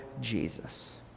Jesus